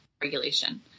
regulation